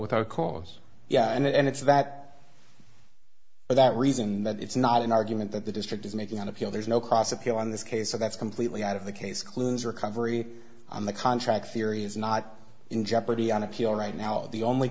without cause yeah and it's that for that reason that it's not an argument that the district is making on appeal there's no cross appeal on this case so that's completely out of the case clunes recovery on the contract theory is not in jeopardy on appeal right now the only